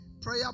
prayer